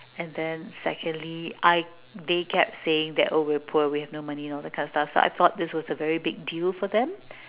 and then secondly I they kept saying that oh we're poor we have no money and all that kind of stuff so I thought this was a very big deal for them